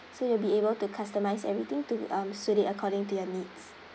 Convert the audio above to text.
so you'll be able to customise everything to um suit it according to your needs